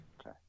Okay